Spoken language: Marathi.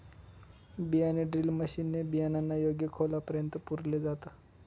बियाणे ड्रिल मशीन ने बियाणांना योग्य खोलापर्यंत पुरल जात